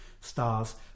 stars